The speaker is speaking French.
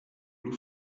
blue